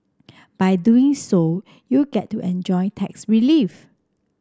by doing so you get to enjoy tax relief